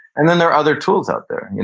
and then there are other tools out there.